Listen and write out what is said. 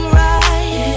right